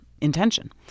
intention